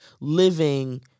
living